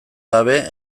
gabe